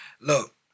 Look